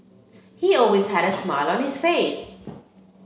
he always had a smile on his face